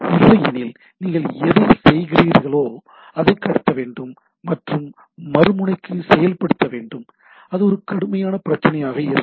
இல்லையெனில் நீங்கள் எதைச் செய்கிறீர்களோ அதை கடத்த வேண்டும் மற்றும் மறுமுனைக்கு செயல்படுத்த வேண்டும் அது ஒரு கடுமையான பிரச்சினையாக இருக்கும்